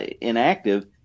inactive